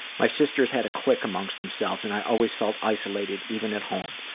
my sisters had a clique among themselves and i always felt isolated even at home.